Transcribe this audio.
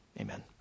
amen